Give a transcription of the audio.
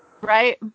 right